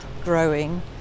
growing